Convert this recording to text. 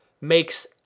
makes